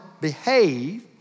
behave